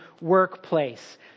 workplace